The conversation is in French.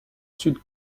sud